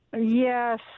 Yes